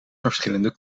verschillende